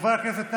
חברי הכנסת,